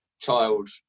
child